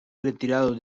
retirado